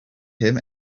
him